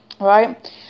Right